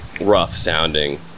rough-sounding